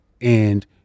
and-